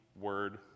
word